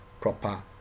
proper